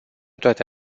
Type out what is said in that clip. toate